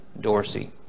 Dorsey